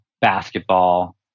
basketball